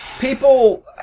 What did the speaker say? People